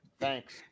thanks